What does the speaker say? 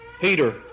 Peter